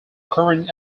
current